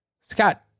Scott